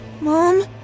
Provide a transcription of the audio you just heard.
Mom